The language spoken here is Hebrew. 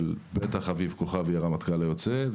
בטח של אביב כוכבי הרמטכ"ל היוצא,